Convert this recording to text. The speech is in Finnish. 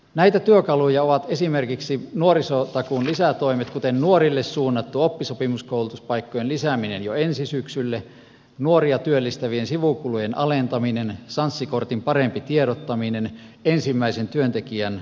näitä työkaluja ovat esimerkiksi nuorisotakuun lisätoimet kuten nuorille suunnattu oppisopimuskoulutuspaikkojen lisääminen jo ensi syksylle nuoria työllistävien sivukulujen alentaminen sanssi kortin parempi tiedottaminen ensimmäisen työntekijän palkkatuki